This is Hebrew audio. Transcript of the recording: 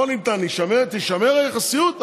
תישמר היחסיות,